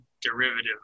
derivative